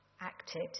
acted